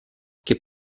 che